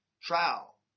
trial